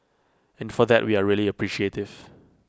and for that we are really appreciative